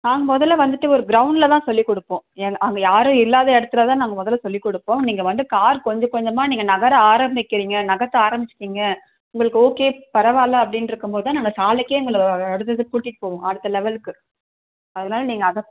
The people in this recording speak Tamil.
நாங்கள் முதல்ல வந்துட்டு ஒரு க்ரௌண்டில் தான் சொல்லிக் கொடுப்போம் எங் அங்கே யாரும் இல்லாத இடத்துல தான் நாங்கள் முதல்ல சொல்லிக் கொடுப்போம் நீங்கள் வந்து கார் கொஞ்சம் கொஞ்சமாக நீங்கள் நகர ஆரம்பிக்கிறீங்க நகர்த்த ஆரம்பிச்சுட்டீங்க உங்களுக்கு ஓகே பரவாயில்ல அப்படின்ருக்கும் போது தான் நாங்கள் சாலைக்கே உங்களை அடுத்தது கூட்டிகிட்டு போவோம் அடுத்த லெவலுக்கு அதனால் நீங்கள் அதை